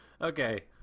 okay